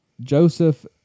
Joseph